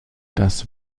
das